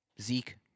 Zeke